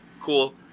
cool